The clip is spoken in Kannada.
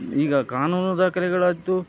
ಈಗ ಕಾನೂನು ದಾಖಲೆಗಳಾಯಿತು